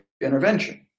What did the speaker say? intervention